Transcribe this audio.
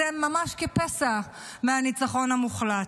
אתם ממש כפסע מהניצחון המוחלט.